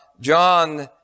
John